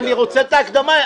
אבל אני רוצה להגיד את ההקדמה.